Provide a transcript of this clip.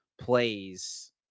plays